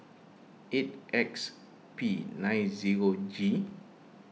eight X P nine zero G